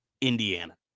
Indiana